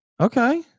Okay